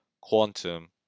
quantum